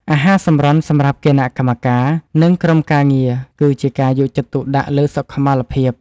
អាហារសម្រន់សម្រាប់គណៈកម្មការ និង ក្រុមការងារគឺជាការយកចិត្តទុកដាក់លើសុខុមាលភាព។